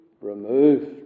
removed